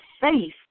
faith